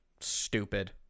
stupid